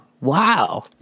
wow